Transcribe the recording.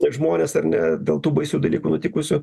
tie žmonės ar ne dėl tų baisių dalykų nutikusių